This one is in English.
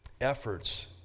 efforts